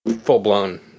full-blown